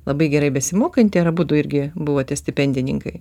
labai gerai besimokanti ar abudu irgi buvote stipendininkai